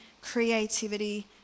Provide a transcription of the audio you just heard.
creativity